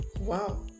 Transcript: wow